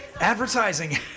advertising